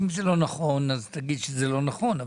אם זה לא נכון אז תגיד שזה לא נכון,